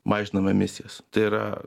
mažinam emisijas tai yra